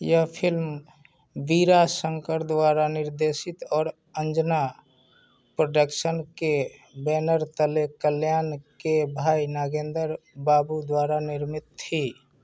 यह फ़िल्म वीरा शंकर द्वारा निर्देशित और अंजना प्रोडक्शन्स के बैनर तले कल्याण के भाई नागेंद्र बाबू द्वारा निर्मित थी